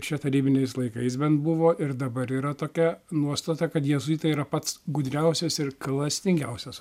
čia tarybiniais laikais bent buvo ir dabar yra tokia nuostata kad jėzuitai yra pats gudriausias ir klastingiausias